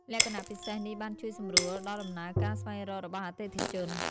លក្ខណៈពិសេសនេះបានជួយសម្រួលដល់ដំណើរការស្វែងរករបស់អតិថិជន។